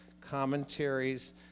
commentaries